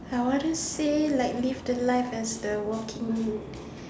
I want to say like live the life as the walking